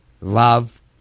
love